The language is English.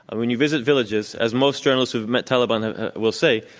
and when you visit villages, as most journalists who have met taliban will say,